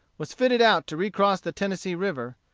was fitted out to recross the tennessee river,